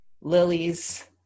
lilies